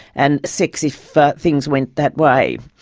and sex if ah things went that way.